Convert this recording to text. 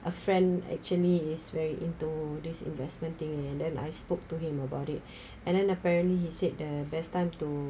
a friend actually is very into this investment thing and then I spoke to him about it and then apparently he said the best time to